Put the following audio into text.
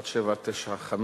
מס' 1795,